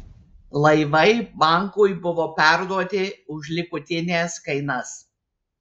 laivai bankui buvo perduoti už likutines kainas